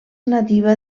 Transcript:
nativa